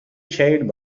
chaired